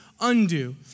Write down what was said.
Undo